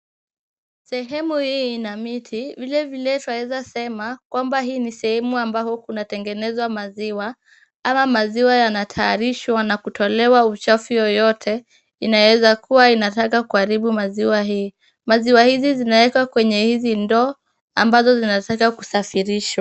Sehemu hii ina miti. Vilevile twaeza sema kwamba hii ni sehemu ambao kunatengenezwa maziwa ama maziwa yanatayarishwa na kutolewa uchafu yoyote inayoweza kuwa inataka kuharibu maziwa hii. Maziwa hizi zinawekwa kwenye hizi ndoo ambazo zinataka kusafirishwa.